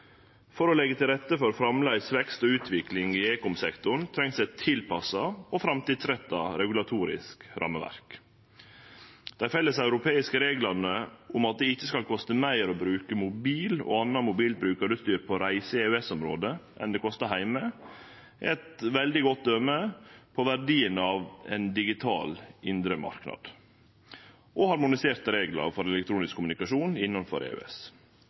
For å leggje til rette for framleis vekst og utvikling i ekomsektoren trengst eit tilpassa og framtidsretta regulatorisk rammeverk. Dei felleseuropeiske reglane om at det ikkje skal koste meir å bruke mobil og anna mobilt brukarutstyr på reise i EØS-området enn det kostar heime, er eit veldig godt døme på verdien av ein digital indre marknad og harmoniserte reglar for elektronisk kommunikasjon innanfor EØS.